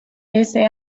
ese